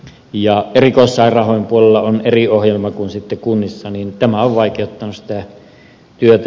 erikoissairaanhoidon puolella on eri ohjelma kuin kunnissa ja tämä on vaikeuttanut sitä työtä